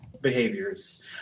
behaviors